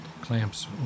clamps